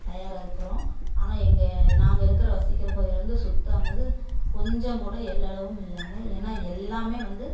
தயாராகருக்குறோம் ஆனால் எங்கள் நாங்கள் இருக்கிற வசிக்கிற பகுதியில் வந்து சுத்தங்குறது கொஞ்சம் கூட எள்ளவுமில்லைங்க ஏன்னா எல்லாமே வந்து